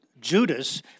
Judas